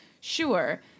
sure